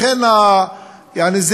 יעני,